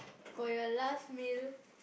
for your last meal